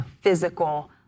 physical